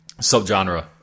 subgenre